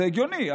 וזה הגיוני,